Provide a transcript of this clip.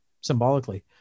symbolically